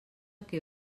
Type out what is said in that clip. que